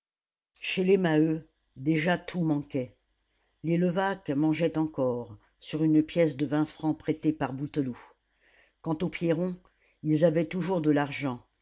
chez les maheu déjà tout manquait les levaque mangeaient encore sur une pièce de vingt francs prêtée par bouteloup quant aux pierron ils avaient toujours de l'argent